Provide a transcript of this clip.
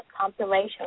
compilation